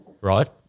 right